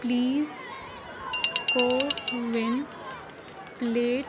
please co-win plate